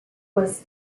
was